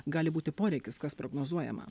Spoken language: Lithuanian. gali būti poreikis kas prognozuojama